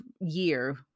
year